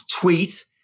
tweet